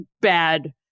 bad